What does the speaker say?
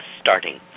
starting